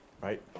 right